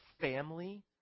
family